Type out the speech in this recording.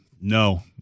No